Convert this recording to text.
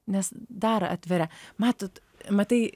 nes dar atveria matot matai